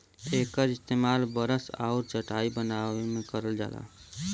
एकर इस्तेमाल बरस आउर चटाई बनाए में करल जाला